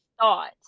thought